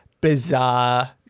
bizarre